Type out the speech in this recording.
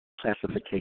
classification